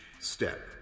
step